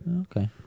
Okay